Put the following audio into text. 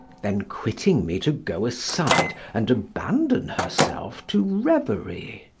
then quitting me to go aside and abandon herself to reverie.